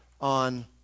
on